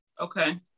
Okay